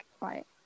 right